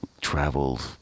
traveled